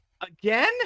Again